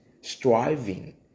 Striving